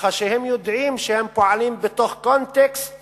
ככה שהם יודעים שהם פועלים בתוך קונטקסט